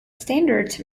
standards